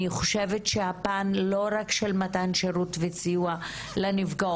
אני חושבת שהפן לא רק של מתן שירות וסיוע לנפגעות,